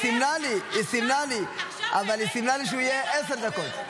היא סימנה לי שהוא יהיה עשר דקות.